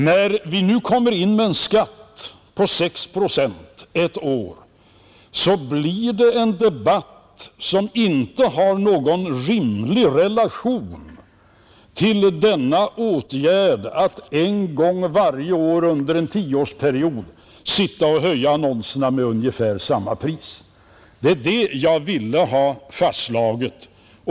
När vi nu kommer in med en skatt på 6 procent ett år så blir det en debatt som inte har någon rimlig relation till denna åtgärd att en gång varje år under en tioårsperiod höja annonspriserna ungefär lika mycket. Det är det jag ville ha fastslaget.